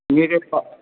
मेरे को